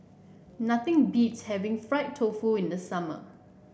nothing beats having Fried Tofu in the summer